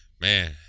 man